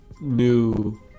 new